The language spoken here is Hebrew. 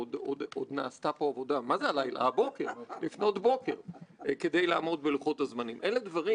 ועבודה מסביב לשעון כדי לעמוד במשימות שחשובות למערכת הציבורית.